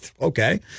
okay